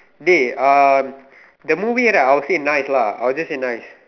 dey uh the movie right I will say nice lah I will just say nice